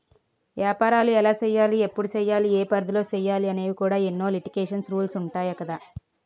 ఏపారాలు ఎలా సెయ్యాలి? ఎప్పుడు సెయ్యాలి? ఏ పరిధిలో సెయ్యాలి అనేవి కూడా ఎన్నో లిటికేషన్స్, రూల్సు ఉంటాయి కదా